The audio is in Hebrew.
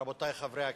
ברוב של 55 חברי כנסת,